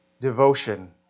devotion